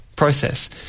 process